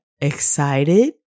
excited